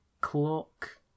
clock